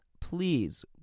please